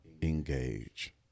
engage